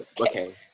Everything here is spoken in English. okay